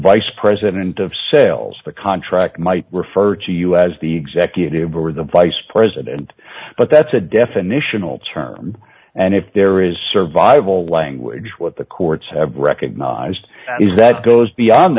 vice president of sales the contract might refer to us as the executive or the vice president but that's d a definitional term and if there is survival language what the courts have recognized is that goes beyond